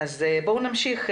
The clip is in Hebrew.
בואו נמשיך.